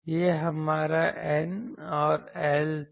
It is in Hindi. यह हमारा N और L था